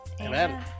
Amen